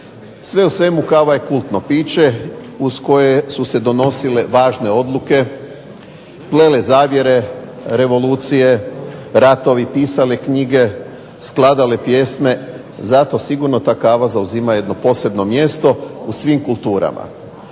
Sve u svemu, kava je kultno piće uz koje su se donosile važne odluke, plele zavjere, revolucije, ratovi, pisale knjige, skladale pjesme. Zato sigurno ta kava zauzima jedno posebno mjesto u svim kulturama.